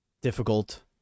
difficult